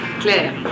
Claire